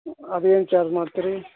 ಅದೇನು ಚಾರ್ಜ್ ಮಾಡ್ತೀರಿ